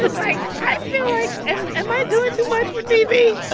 like, i feel like am am i doing too much for tv?